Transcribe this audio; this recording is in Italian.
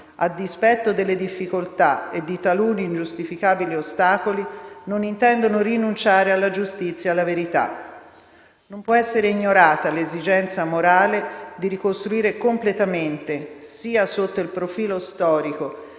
a dispetto delle difficoltà e di taluni ingiustificabili ostacoli - non intendono rinunciare alla giustizia e alla verità. Non può essere ignorata l'esigenza morale di ricostruire completamente - sia sotto il profilo storico